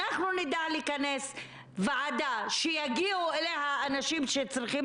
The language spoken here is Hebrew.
נדע לכנס ועדה שיגיעו אליה אנשים שצריכים